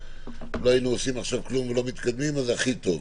שלולא היינו עושים כלום ולא מתקדמים אז הכי טוב.